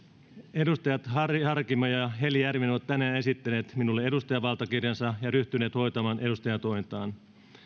edustajat harry harkimo ja heli järvinen ovat tänään esittäneet minulle edustajanvaltakirjansa ja ryhtyneet hoitamaan edustajantointaan